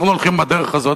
אנחנו הולכים בדרך הזאת,